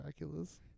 Draculas